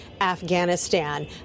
Afghanistan